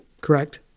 correct